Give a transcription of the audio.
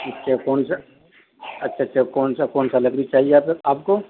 اچھا کون سا اچھا اچھا کون سا کون سا لکڑی چاہیے آپ کو